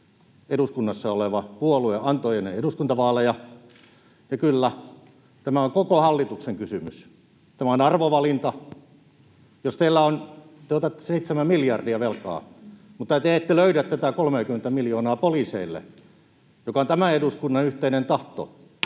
eduskunnassa oleva puolue antoi ennen eduskuntavaaleja. Ja kyllä, tämä on koko hallituksen kysymys. Tämä on arvovalinta. Jos te otatte 7 miljardia velkaa mutta te ette löydä tätä 30:tä miljoonaa poliiseille, joka on tämän eduskunnan yhteinen tahto,